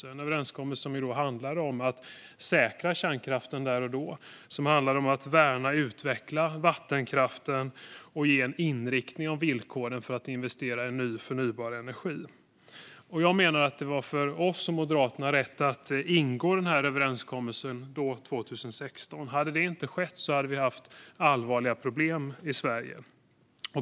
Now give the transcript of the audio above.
Det var en överenskommelse som handlade om att säkra kärnkraften där och då, värna och utveckla vattenkraften och ge en inriktning av villkoren för att investera i ny förnybar energi. Jag menar att det för oss och Moderaterna var rätt att ingå den överenskommelsen då, 2016. Hade det inte skett hade vi haft allvarliga problem i Sverige.